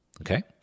Okay